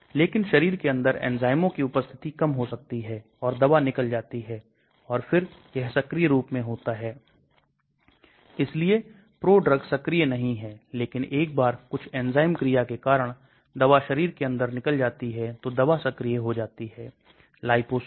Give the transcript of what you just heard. इसलिए हमारे पास जैविक व्यवस्था है और फिर हमारे पास दवा का भौतिक वातावरण है और फिर हमारे पास सभी प्रोटीन और सभी कंपाउंड की संरचना है मैं क्या बदल सकता हूं